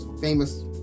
famous